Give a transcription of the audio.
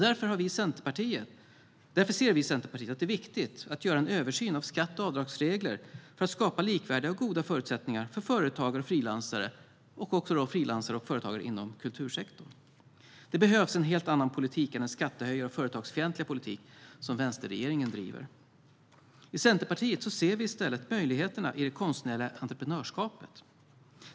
Därför ser vi i Centerpartiet att det är viktigt att göra en översyn av skatte och avdragsregler för att skapa likvärdiga och goda förutsättningar för företagare och frilansare inom kultursektorn. Det behövs en helt annan politik än den skattehöjarpolitik och företagsfientliga politik som vänsterregeringen driver. I Centerpartiet ser vi i stället möjligheterna i det konstnärliga entreprenörskapet.